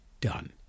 done